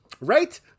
right